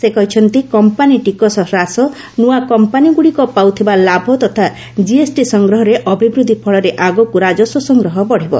ସେ କହିଛନ୍ତି କମ୍ପାନି ଟିକସ ହ୍ରାସ ନୂଆ କମ୍ପାନିଗୁଡ଼ିକ ପାଉଥିବା ଲାଭ ତଥା ଜିଏସ୍ଟି ସଂଗ୍ରହରେ ଅଭିବୃଦ୍ଧି ଫଳରେ ଆଗକୁ ରାଜସ୍ୱ ସଂଗ୍ରହ ବଢ଼ିବ